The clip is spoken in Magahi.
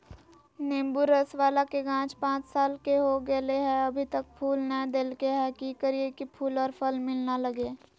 नेंबू रस बाला के गाछ पांच साल के हो गेलै हैं अभी तक फूल नय देलके है, की करियय की फूल और फल मिलना लगे?